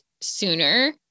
sooner